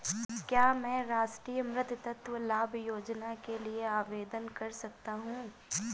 क्या मैं राष्ट्रीय मातृत्व लाभ योजना के लिए आवेदन कर सकता हूँ?